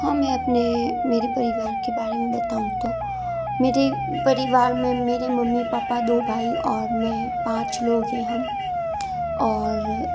हाँ मैं अपने मेरे परिवार के बारे में बताऊं तो मेरी परिवार में मेरे मम्मी पापा दो भाई और मैं पाँच लोग हैं हम और